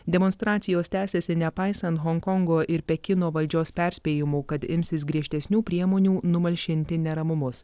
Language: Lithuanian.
demonstracijos tęsiasi nepaisant honkongo ir pekino valdžios perspėjimų kad imsis griežtesnių priemonių numalšinti neramumus